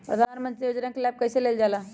प्रधानमंत्री योजना कि लाभ कइसे लेलजाला?